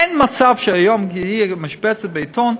אין מצב שהיום תהיה משבצת בעיתון,